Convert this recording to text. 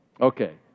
okay